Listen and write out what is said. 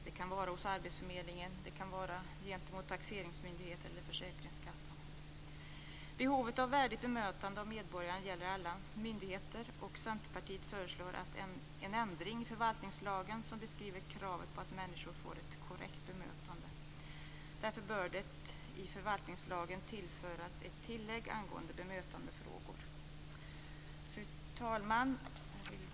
Det kan vara hos arbetsförmedlingen eller gentemot taxeringsmyndighet eller försäkringskassa. Behovet av ett värdigt bemötande av medborgarna gäller alla myndigheter. Centerpartiet föreslår en ändring i förvaltningslagen som beskriver kravet på att människor får ett korrekt bemötande. Därför bör i förvaltningslagen tillföras ett tillägg angående bemötandefrågor. Fru talman!